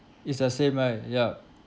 it's the same right yup